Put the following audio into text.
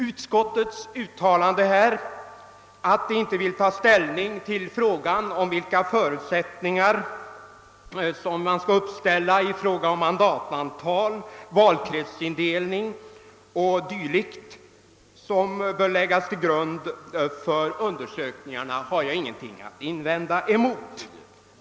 Utskottets uttalande här, att det inte vill ta ställning till frågan om vilka förutsättningar man skall uppställa i fråga om mandatantal, valkretsindelning o.d. som bör läggas till grund för undersökningarna, har jag ingenting att invända mot.